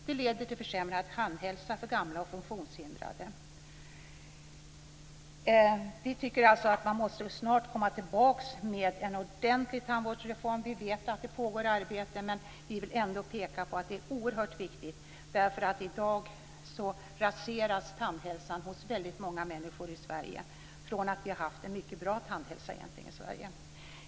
Det leder till försämrad tandhälsa för gamla och funktionshindrade. Vi tycker alltså att man snart måste komma tillbaka med en ordentlig tandvårdsreform. Vi vet att det pågår ett arbete, men vi vill ändå peka på att det är oerhört viktigt därför att tandhälsan raseras i dag hos väldigt många människor i Sverige, från att vi egentligen haft en mycket bra tandhälsa.